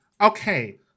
Okay